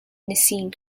nicene